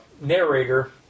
narrator